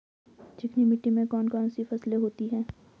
चिकनी मिट्टी में कौन कौन सी फसलें होती हैं?